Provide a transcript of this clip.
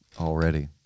already